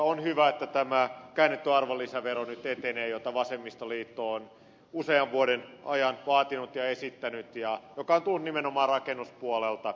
on hyvä että tämä käännetty arvonlisävero nyt etenee jota vasemmistoliitto on usean vuoden ajan vaatinut ja esittänyt ja joka on tullut nimenomaan rakennuspuolelta